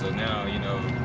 now you know,